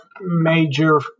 major